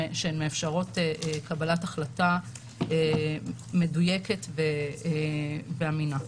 שהן מאפשרות קבלת החלטה מדויקת ואמינה.